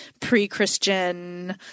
pre-Christian